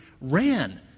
ran